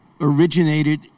originated